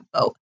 vote